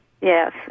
yes